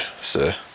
sir